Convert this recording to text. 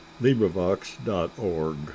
LibriVox.org